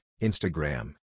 Instagram